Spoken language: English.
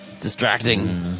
Distracting